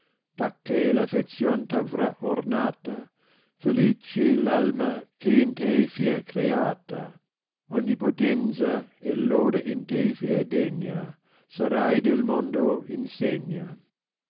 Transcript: dacché v affezion t avrà ornata felice palma che in te fia creata ogni potenza e loda in te fia degna sarai del mondo insegna